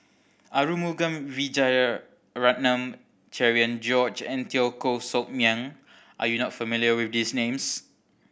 Arumugam Vijiaratnam Cherian George and Teo Koh Sock Miang are you not familiar with these names